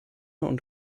und